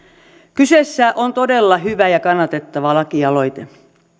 kyseessä on todella hyvä ja kannatettava lakialoite